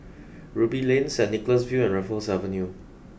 Ruby Lane Saint Nicholas View and Raffles Avenue